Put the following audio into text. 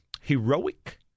heroic